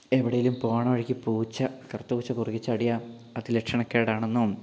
എവിടെ എങ്കിലും പോകണ വഴിക്ക് പൂച്ച പൂച്ച കുറുകെ ചാടിയാൽ അത് ലക്ഷണക്കേടാണെന്നും